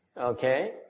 Okay